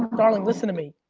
darling, listen to me,